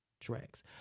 tracks